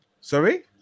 Sorry